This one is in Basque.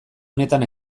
honetan